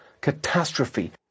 catastrophe